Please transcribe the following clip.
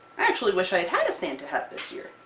actually, wish i had had a santa hat this year,